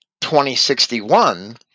2061